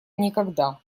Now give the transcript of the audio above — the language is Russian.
никогда